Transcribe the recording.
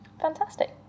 fantastic